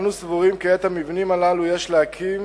אנו סבורים כי את המבנים הללו יש להקים